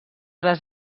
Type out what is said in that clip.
les